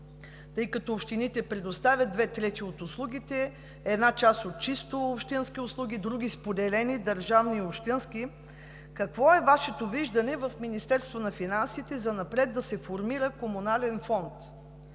тъй като общините предоставят две трети от услугите, една част от чисто общински услуги, други споделени, държавни и общински, какво е Вашето виждане в Министерството на финансите занапред да се формира комунален фонд?